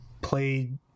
played